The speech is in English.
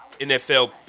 NFL